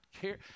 care